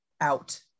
out